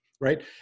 right